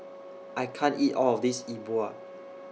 I can't eat All of This E Bua